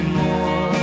more